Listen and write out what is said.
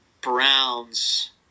Browns